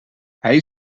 hij